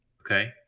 Okay